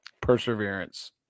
Perseverance